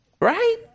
Right